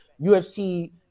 UFC